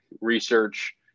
research